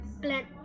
blend